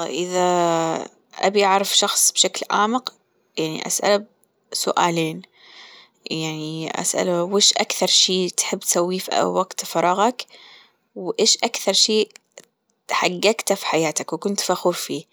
إذا أبي أعرف شخص بشكل أعمق يعني أسأله سؤالين يعني أسأله وش أكثر شي تحب تسويه في وقت فراغك؟ وإيش أكثر شيء حججته في حياتك وكنت فخور فيه؟